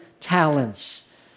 talents